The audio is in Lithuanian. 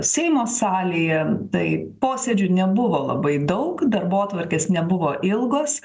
seimo salėje tai posėdžių nebuvo labai daug darbotvarkės nebuvo ilgos